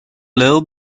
lil